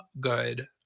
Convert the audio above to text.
good